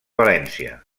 valència